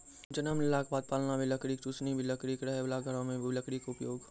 जन्म लेला के बाद पालना भी लकड़ी के, चुसनी भी लकड़ी के, रहै वाला घर मॅ भी लकड़ी के उपयोग